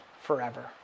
Forever